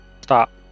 Stop